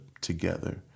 together